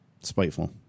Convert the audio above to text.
spiteful